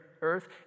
earth